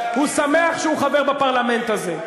הוא שמח שהוא חבר בפרלמנט הזה.